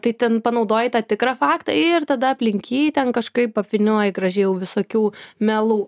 tai ten panaudoji tą tikrą faktą ir tada aplink jį ten kažkaip apvynioji gražiai jau visokių melų